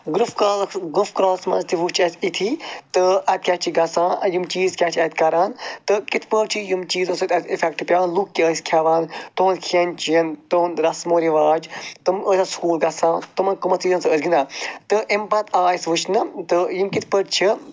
گُرٛف کرٛال گُف کرٛالَس منٛز تہِ وٕچھ اَسہِ یِتھی تہٕ اَتہِ کیٛاہ چھِ گژھان یِم چیٖز کیٛاہ چھِ اَتہِ کران تہٕ کِتھ پٲٹھۍ چھِ یِم چیٖزَو سۭتۍ اَسہِ اِفٮ۪کٹ پٮ۪وان لُکھ کیٛاہ ٲسۍ کھٮ۪وان تُہُنٛد کھٮ۪ن چٮ۪ن تُہُنٛد رَسمو رِواج تِم ٲسیٛا سُکوٗل گژھان تِمَن کَمَن چیٖزَن سۭتۍ ٲسۍ گِنٛدان تہٕ اَمہِ پتہٕ آیہِ اَسہِ وٕچھنہٕ تہٕ یِم کِتھ پٲٹھۍ چھِ